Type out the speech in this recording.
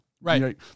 right